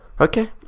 Okay